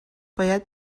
باید